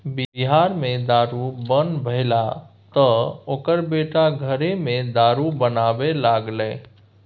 बिहार मे दारू बन्न भेलै तँ ओकर बेटा घरेमे दारू बनाबै लागलै